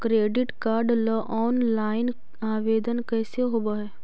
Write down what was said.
Credit card ल online आवेदन कैसे होब है?